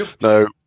No